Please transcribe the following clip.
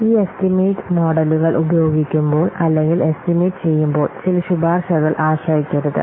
ഈ എസ്റ്റിമേറ്റ് മോഡലുകൾ ഉപയോഗിക്കുമ്പോൾ അല്ലെങ്കിൽ എസ്റ്റിമേറ്റ് ചെയ്യുമ്പോൾ ചില ശുപാർശകൾ ആശ്രയിക്കരുത്